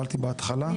בהתחלה.